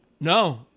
No